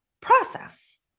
process